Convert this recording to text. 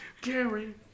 Gary